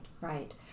right